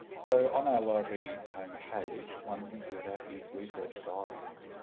so on our library homepage one thing to look at is research guides.